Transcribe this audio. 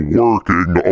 working